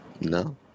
No